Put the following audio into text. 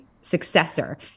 successor